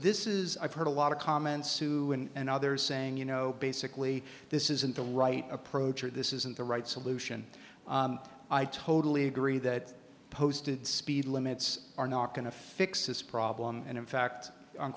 this is i've heard a lot of comments and others saying you know basically this isn't the right approach or this isn't the right solution i totally agree that posted speed limits are not going to fix this problem and in fact on